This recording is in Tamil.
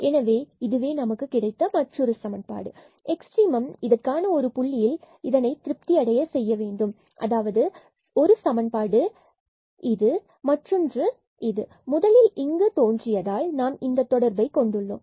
எனவே இதுவே நமக்கு கிடைத்த ஒரு சமன்பாடு எக்ஸ்ட்ரீமம் இதற்கான ஒரு புள்ளியில் இது திருப்தியடைய வேண்டும் அதாவது ஒரு சமன்பாடு மற்றொன்று முதலில் இங்கு தோன்றியதால் நாம் இந்தத் தொடர்பை கொண்டுள்ளோம்